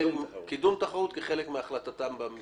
קידום תחרות גם כחלק מהחלטתם במכרז.